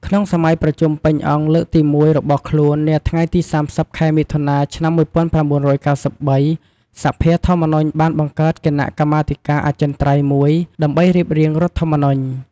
ក្នុងសម័យប្រជុំពេញអង្គលើកទី១ របស់ខ្លួន នាថ្ងៃទី៣០ ខែមិថុនា ឆ្នាំ១៩៩៣ សភាធម្មនុញ្ញបានបង្កើតគណៈកម្មាធិការអចិន្ត្រៃយ៍មួយ ដើម្បីរៀបរៀងរដ្ឋធម្មនុញ្ញ។